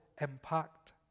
impact